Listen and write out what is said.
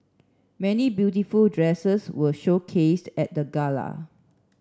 many beautiful dresses were showcased at the gala